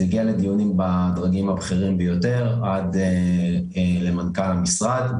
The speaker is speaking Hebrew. זה הגיע לדיונים בדרגים הבכירים ביותר עד מנכ"ל המשרד,